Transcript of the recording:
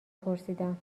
پرسیدم